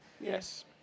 Yes